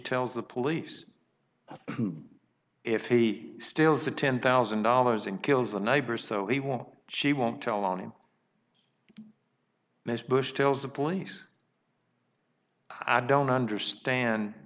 tells the police if he still said ten thousand dollars and kills the neighbors so he won't she won't tell on him mr bush tells the police i don't understand